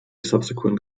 subsequent